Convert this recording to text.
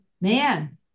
man